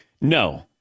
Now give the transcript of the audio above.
No